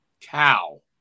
cow